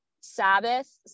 Sabbath